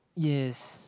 yes